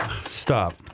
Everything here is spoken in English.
Stop